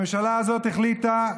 הממשלה הזאת החליטה,